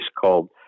called